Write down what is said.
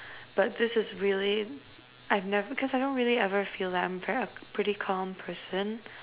but this is really I've never because I don't really ever feel like I'm a pretty calm person